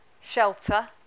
Shelter